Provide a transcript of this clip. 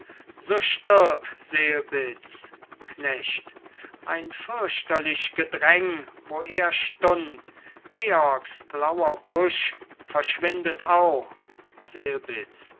so stirb selbitz knecht ein fürchterlich gedräng wo er stund georgs blauer busch verschwindt auch selbitz